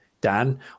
Dan